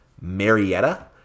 Marietta